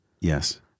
Yes